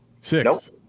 Six